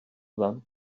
then